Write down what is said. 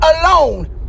alone